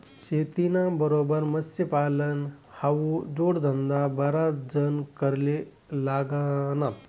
शेतीना बरोबर मत्स्यपालन हावू जोडधंदा बराच जण कराले लागनात